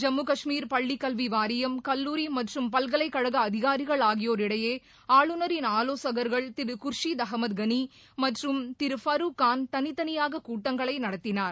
ஜம்மு கஷ்மீர் பள்ளிக் கல்வி வாரியம் கல்லூரி மற்றும் பல்கலைக்கழக அதிகாரிகள் ஆகியோர் இடையே ஆளுநரின் ஆலோசகர்கள் திரு குர்ஷித் அகமது கனி மற்றும் திரு பரூக்கான் தனித்தனியாக கூட்டங்களை நடத்தினர்